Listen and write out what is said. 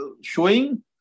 showing